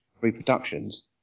reproductions